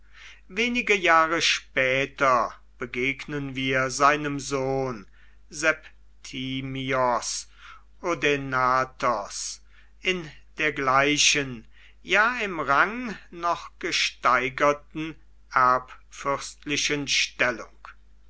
wenige jahre später begegnen wir seinem sohn satis o den nas in der gleichen ja im rang noch gesteigerten erbfürstlichen stellung